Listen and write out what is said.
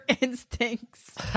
instincts